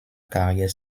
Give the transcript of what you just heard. carrière